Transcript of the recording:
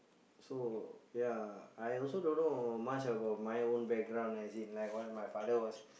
so ya I also don't know much about my own background as in like what my father was